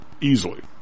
easily